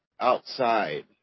outside